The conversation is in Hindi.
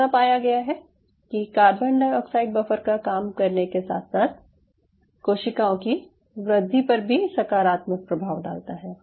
ऐसा पाया गया है कि कार्बन डाइऑक्साइड बफर का काम करने के साथ साथ कोशिकाओं की वृद्धि पर भी सकारात्मक प्रभाव डालता है